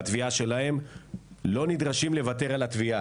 ויש להם תביעה משלהם- הם לא נדרשים לוותר עליה.